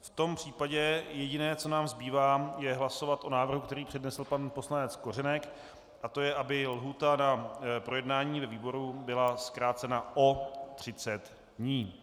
V tom případě jediné, co nám zbývá, je hlasovat o návrhu, který přednesl pan poslanec Kořenek, a to je, aby lhůta na projednání ve výboru byla zkrácena o 30 dní.